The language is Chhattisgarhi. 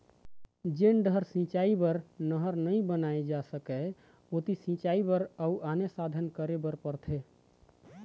जेन डहर सिंचई बर नहर नइ बनाए जा सकय ओती सिंचई बर अउ आने साधन करे बर परथे